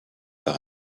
par